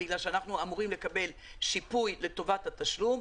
אנחנו אמורים לקבל שיפוי לטובת התשלום.